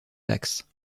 taxes